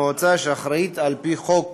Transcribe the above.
המועצה, שאחראית על פי חוק